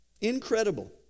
incredible